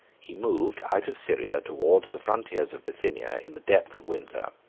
he moved out of syria, towards the frontiers of bithynia, in the depth of winter.